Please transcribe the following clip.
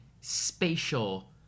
spatial